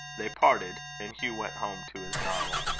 they parted, and hugh went home to his novel.